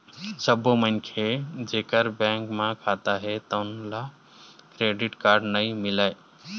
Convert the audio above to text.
सब्बो मनखे जेखर बेंक म खाता हे तउन ल क्रेडिट कारड नइ मिलय